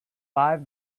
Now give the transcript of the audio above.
five